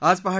आज पहा